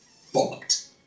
fucked